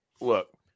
look